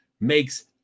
makes